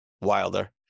wilder